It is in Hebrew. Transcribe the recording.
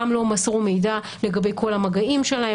גם לא מסרו מידע לגבי כל המגעים שלהם.